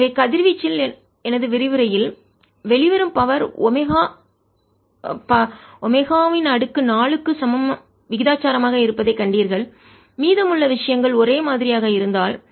எனவே கதிர்வீச்சில் எனது விரிவுரையில் வெளிவரும் பவர் சக்தி ஒமேகா 4 க்கு விகிதாசாரமாக இருப்பதைக் கண்டீர்கள் மீதமுள்ள விஷயங்கள் ஒரே மாதிரியாக இருந்தால்